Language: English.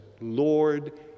Lord